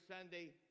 Sunday